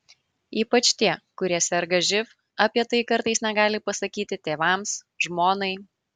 ypač tie kurie serga živ apie tai kartais negali pasakyti tėvams žmonai